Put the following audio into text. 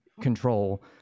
control